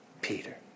Peter